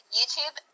YouTube